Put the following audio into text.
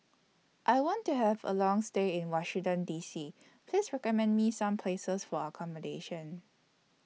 I want to Have A Long stay in Washington D C Please recommend Me Some Places For accommodation